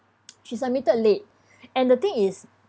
she submitted late and the thing is